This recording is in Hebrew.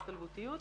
הצטלבותיות.